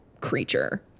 creature